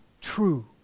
true